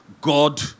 God